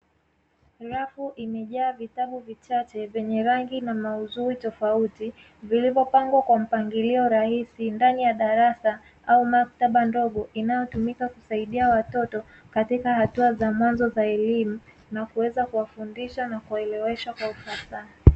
Rafu imejaa vitabu vichache vyenye rangi na maudhui tofauti, vilivyopangwa kwa mpangilio rahisi ndani ya darasa au maktaba ndogo inayotumika kusaidia watoto katika hatua za mwanzo za elimu na kuweza kuwafundisha na kuwaelewesha kwa ufasaha.